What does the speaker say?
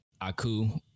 Aku